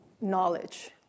knowledge